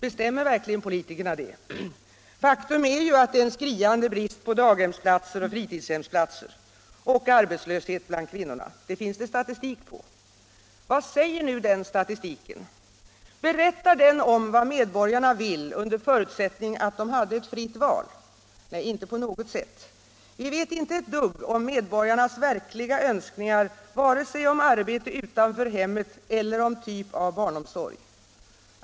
Bestämmer verkligen politikerna det? Faktum är ju att det är en skriande brist på daghemsplatser och fritidshemsplatser — och att det är arbetslöshet bland kvinnorna. Det finns det statistik på. Vad säger nu denna statistik? Berättar den om vad medborgarna vill under förutsättning att de hade ett fritt val? Nej, inte på något sätt. Vi vet inte ett dugg om medborgarnas verkliga önskningar vare sig om arbete utanför hemmet eller om typ av barnomsorg.